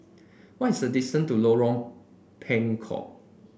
what is the distance to Lorong Bengkok